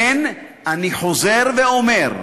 כן, אני חוזר ואומר,